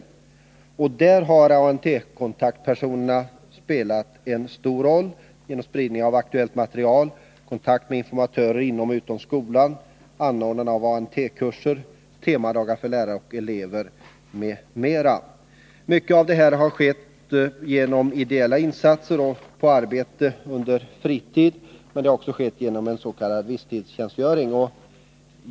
Jag vill här peka på att ANT-kontaktpersonerna har spelat en stor roll genom spridning av aktuellt material, kontakter med informatörer inom och utom skolan, anordnande av ANT-kurser och temadagar för lärare och elever, m.m. Mycket av detta har skett genom ideella insatser och arbete under fritid, men det har också skett genom att man har tillämpat s.k. viss-tids-tjänstgöring.